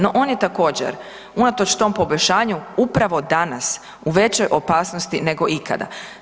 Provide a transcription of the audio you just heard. No on je također unatoč tom poboljšanju upravo danas u većoj opasnosti neko ikada.